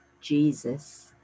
Jesus